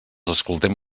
escoltem